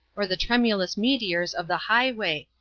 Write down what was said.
or the tremulous meteors of the highway,